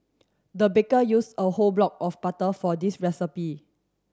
the baker used a whole block of butter for this recipe